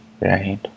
right